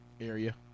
area